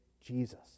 Jesus